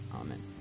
Amen